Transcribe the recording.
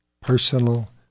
personal